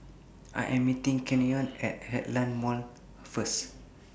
I Am meeting Canyon At Heartland Mall First